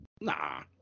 Nah